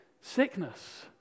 sickness